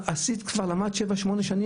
"המשרד שווה כסף.